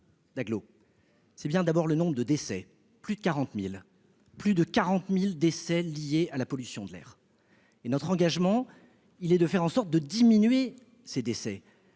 Agglo, c'est bien d'abord le nombre de décès, plus de 40000 plus de 40000 décès liés à la pollution de l'air et notre engagement, il est de faire en sorte de diminuer ces décès,